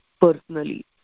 personally